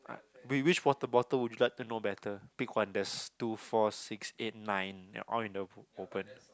wait which water bottle would you like to know better pick one there's two four six eight nine ya all in the open